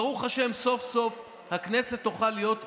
ברוך השם, סוף-סוף הכנסת תוכל להיות דומיננטית,